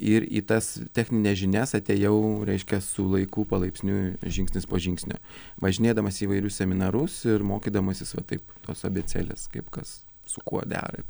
ir į tas technines žinias atėjau reiškia su laiku palaipsniui žingsnis po žingsnio važinėdamas į įvairius seminarus ir mokydamasis va taip tos abėcėlės kaip kas su kuo dera ir